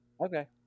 Okay